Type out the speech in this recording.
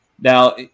Now